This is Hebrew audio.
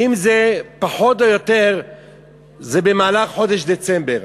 אם זה פחות או יותר במהלך חודש דצמבר.